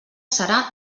serà